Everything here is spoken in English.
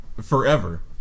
Forever